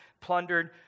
plundered